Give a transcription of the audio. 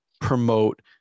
promote